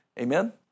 Amen